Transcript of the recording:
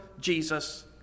Jesus